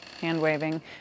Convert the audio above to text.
hand-waving